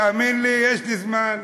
תאמין לי, יש לי זמן.